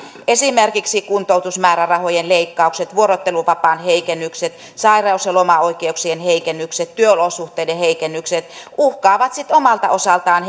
esimerkiksi kuntoutusmäärärahojen leikkaukset vuorotteluvapaan heikennykset sairauslomaoikeuksien heikennykset työolosuhteiden heikennykset uhkaavat sitten omalta osaltaan